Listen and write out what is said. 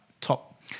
top